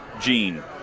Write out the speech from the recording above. gene